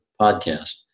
podcast